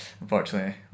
unfortunately